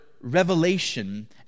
revelation